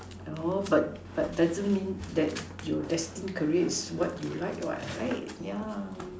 oh but but doesn't mean that your destined career is what you like what right yeah